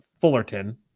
Fullerton